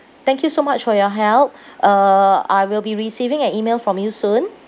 thank you so much for your help uh I will be receiving an email from you soon